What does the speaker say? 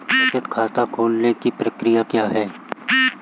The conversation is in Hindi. बचत खाता खोलने की प्रक्रिया क्या है?